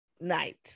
night